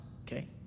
Okay